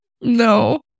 No